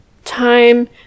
time